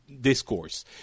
discourse